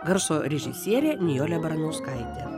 garso režisierė nijolė baranauskaitė